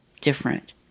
different